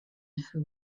who